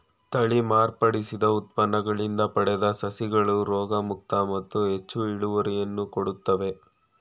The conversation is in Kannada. ತಳಿ ಮಾರ್ಪಡಿಸಿದ ಉತ್ಪನ್ನಗಳಿಂದ ಪಡೆದ ಸಸಿಗಳು ರೋಗಮುಕ್ತ ಮತ್ತು ಹೆಚ್ಚು ಇಳುವರಿಯನ್ನು ಕೊಡುತ್ತವೆ